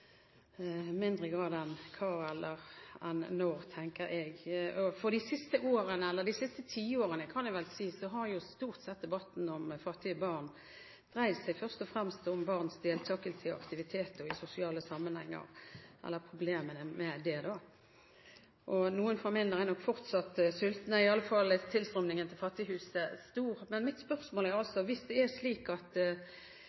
mindre grad dreier seg om at barn er sultne – i mindre grad enn hva, og når, tenker jeg. De siste tiårene, kan man vel si, har debatten om fattige barn først og fremst dreid seg om barns deltakelse i aktiviteter i sosiale sammenhenger – problemene med det. Noen familier er fortsatt sultne – i alle fall er tilstrømmingen til Fattighuset stor. Men mitt spørsmål er: